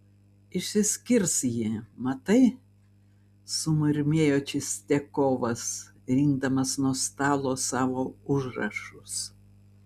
išsiskirs ji matai sumurmėjo čistiakovas rinkdamas nuo stalo savo užrašus